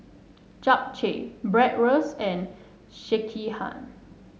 Japchae Bratwurst and Sekihan